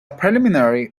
preliminary